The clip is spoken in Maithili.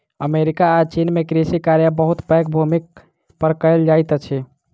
अमेरिका आ चीन में कृषि कार्य बहुत पैघ भूमि पर कएल जाइत अछि